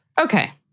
Okay